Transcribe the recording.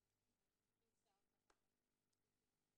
ואני שמחה שחברת הכנסת כינסה אותה.